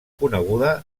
coneguda